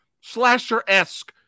slasher-esque